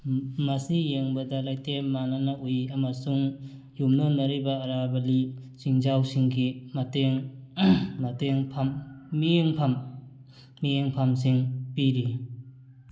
ꯃꯁꯤ ꯌꯦꯡꯕꯗ ꯂꯩꯇꯦꯝ ꯃꯅꯥꯅ ꯎꯏ ꯑꯃꯁꯨꯡ ꯌꯨꯝꯂꯣꯟꯅꯔꯤꯕ ꯑꯔꯥꯚꯜꯂꯤ ꯆꯤꯡꯖꯥꯎꯁꯤꯡꯒꯤ ꯃꯇꯦꯡ ꯃꯇꯦꯡꯐꯝ ꯃꯤꯠꯌꯦꯡꯐꯝ ꯃꯤꯠꯌꯦꯡꯐꯝꯁꯤꯡ ꯄꯤꯔꯤ